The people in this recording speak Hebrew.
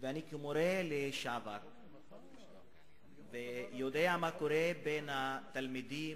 ואני כמורה לשעבר יודע מה קורה בין התלמידים,